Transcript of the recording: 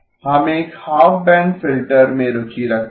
हम एक half band filter में रुचि रखते हैं